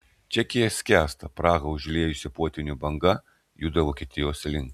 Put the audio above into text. čekija skęsta prahą užliejusi potvynių banga juda vokietijos link